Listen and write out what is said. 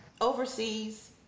overseas